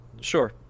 sure